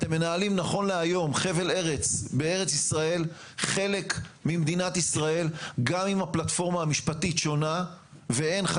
אדוני היועץ המשפטי, הכוונה של